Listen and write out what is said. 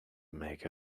make